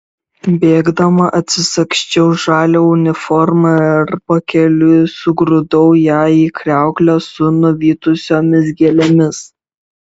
bėgdama atsisagsčiau žalią uniformą ir pakeliui sugrūdau ją į kriauklę su nuvytusiomis gėlėmis